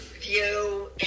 view